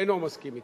אינו מסכים אתי,